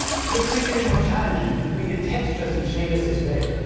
so let's make it and more challenging and bring in textures and shaders as well.